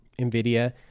NVIDIA